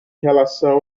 relação